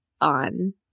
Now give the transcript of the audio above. on